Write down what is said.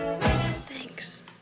Thanks